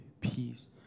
peace